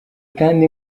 kandi